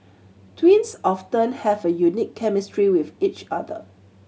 twins often have a unique chemistry with each other